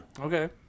Okay